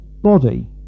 body